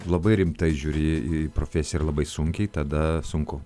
labai rimtai žiūri į profesiją ir labai sunkiai tada sunku